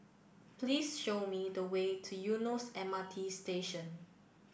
please show me the way to Eunos M R T Station